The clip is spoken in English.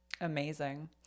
Amazing